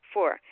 Four